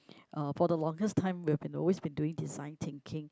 uh for the longest time we have been always been doing design thinking